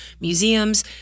museums